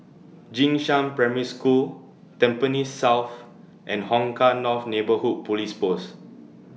Jing Shan Primary School Tampines South and Hong Kah North Neighbourhood Police Post